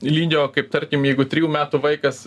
lygio kaip tarkim jeigu trijų metų vaikas